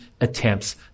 attempts